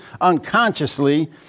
unconsciously